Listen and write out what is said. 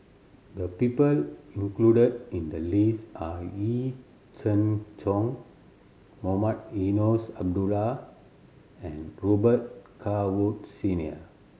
the people included in the list are Yee Jenn Jong Mohamed Eunos Abdullah and Robet Carr Woods Senior